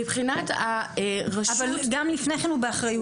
מבחינת הרשות --- אבל גם לפני כן הוא באחריות שלה,